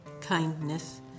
kindness